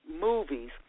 movies